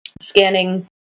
scanning